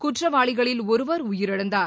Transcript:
குற்றவாளிகளில் ஒருவர் உயிரிழந்தார்